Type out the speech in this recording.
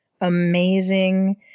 amazing